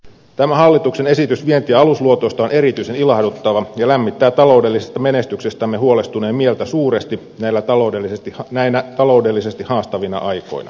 tämä hallituksen esitys vienti ja alusluotoista on erityisen ilahduttava ja lämmittää taloudellisesta menestyksestämme huolestuneen mieltä suuresti näinä taloudellisesti haastavina aikoina